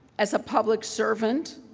as a public servant,